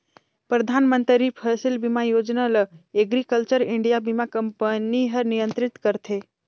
परधानमंतरी फसिल बीमा योजना ल एग्रीकल्चर इंडिया बीमा कंपनी हर नियंत्रित करथे